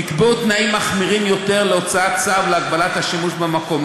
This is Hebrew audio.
נקבעו תנאים מחמירים יותר להוצאת צו להגבלת השימוש במקום.